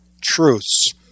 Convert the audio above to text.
truths